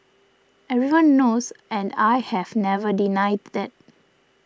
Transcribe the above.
everyone knows and I have never denied that